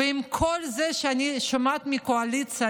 ועם כל זה שאני שומעת מהקואליציה,